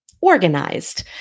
organized